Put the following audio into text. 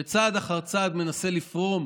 שצעד אחר צעד מנסה לפרום